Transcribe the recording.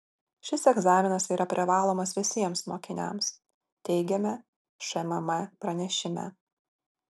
šis egzaminas yra privalomas visiems mokiniams teigiame šmm pranešime